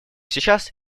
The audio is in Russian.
сейчас